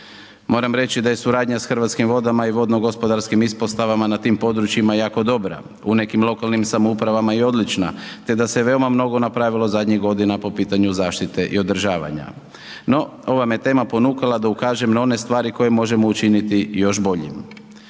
Moram reći da je suradnja s Hrvatskim vodama i vodnogospodarskim ispostavama na tim područjima jako dobra, u nekim lokalnim samoupravama i odlična te da se veoma mnogo napravilo zadnjih godina po pitanju zaštite i održavanja. No ova me tema ponukala da ukažem na one stvari koje možemo učiniti još boljim